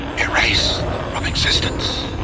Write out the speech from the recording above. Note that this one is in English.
erased. from existence.